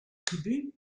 tribu